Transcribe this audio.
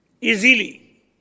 easily